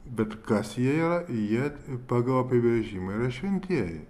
bet kas jie yra jie pagal apibrėžimą yra šventieji